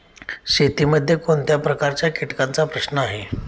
शेतीमध्ये कोणत्या प्रकारच्या कीटकांचा प्रश्न आहे?